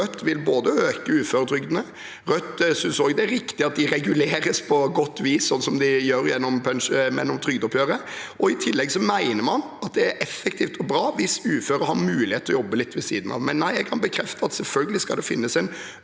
Rødt både vil øke uføretrygden og synes det er riktig at den reguleres på godt vis, sånn det gjøres gjennom trygdeoppgjøret. I tillegg mener man det er effektivt og bra hvis uføre har mulighet til å jobbe litt ved siden av. Jeg kan bekrefte at det selvfølgelig skal finnes en